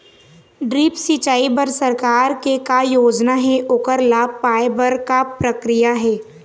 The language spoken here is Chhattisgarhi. ड्रिप सिचाई बर सरकार के का योजना हे ओकर लाभ पाय बर का प्रक्रिया हे?